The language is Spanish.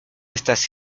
estas